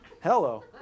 hello